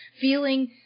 feeling